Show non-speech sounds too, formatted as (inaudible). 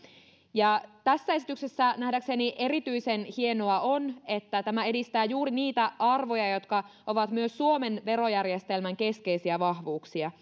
tässä esityksessä on nähdäkseni erityisen hienoa se että tämä edistää juuri niitä arvoja jotka ovat myös suomen verojärjestelmän keskeisiä vahvuuksia (unintelligible)